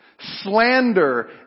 slander